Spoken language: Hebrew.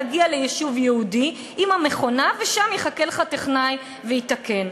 תגיע ליישוב יהודי עם המכונה ושם יחכה לך טכנאי ויתקן.